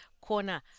Corner